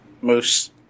Moose